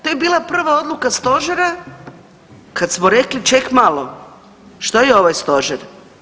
To je bila prva odluka Stožera kad smo rekli, ček malo, što je ovaj Stožer?